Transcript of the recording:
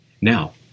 Now